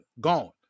gone